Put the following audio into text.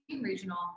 regional